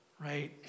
Right